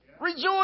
Rejoice